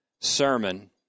sermon